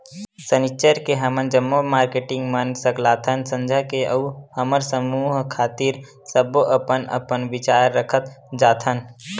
सनिच्चर के हमन जम्मो मारकेटिंग मन सकलाथन संझा के अउ हमर समूह खातिर सब्बो अपन अपन बिचार रखत जाथन